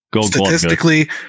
statistically